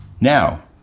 Now